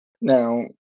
Now